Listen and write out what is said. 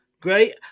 great